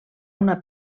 una